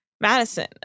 Madison